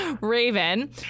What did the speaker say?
Raven